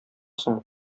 соң